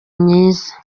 myiza